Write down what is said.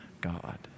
God